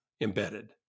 Embedded